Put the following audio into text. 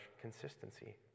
consistency